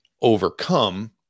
overcome